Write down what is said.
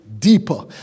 deeper